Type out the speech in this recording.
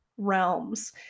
Realms